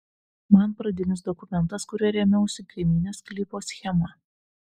man pradinis dokumentas kuriuo rėmiausi kaimynės sklypo schema